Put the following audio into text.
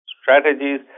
strategies